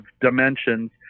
dimensions